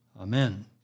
Amen